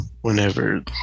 whenever